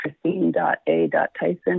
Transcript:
Christine.A.Tyson